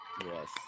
Yes